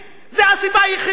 זו הסיבה היחידה.